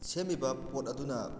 ꯁꯦꯝꯃꯤꯕ ꯄꯣꯠ ꯑꯗꯨꯅ